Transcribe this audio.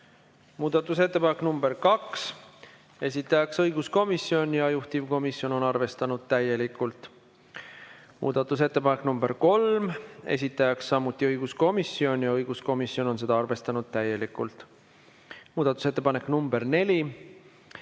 Muudatusettepanek nr 2, esitaja õiguskomisjon, juhtivkomisjon on arvestanud täielikult. Muudatusettepanek nr 3, esitaja samuti õiguskomisjon, õiguskomisjon on seda arvestanud täielikult. Muudatusettepanek nr 4,